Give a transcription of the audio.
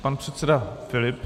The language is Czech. Pan předseda Filip.